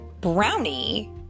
Brownie